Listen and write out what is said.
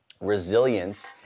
resilience